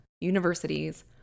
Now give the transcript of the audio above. universities